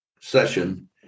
session